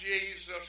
Jesus